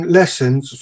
lessons